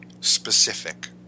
specific